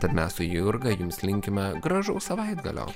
tad mes su jurga jums linkime gražaus savaitgalio